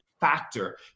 factor